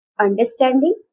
understanding